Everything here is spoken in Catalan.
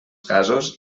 casos